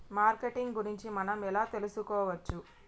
Marketing గురించి మనం ఎలా తెలుసుకోవచ్చు?